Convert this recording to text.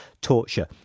torture